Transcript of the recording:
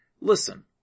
Listen